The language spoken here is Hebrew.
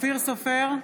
אופיר סופר,